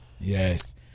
Yes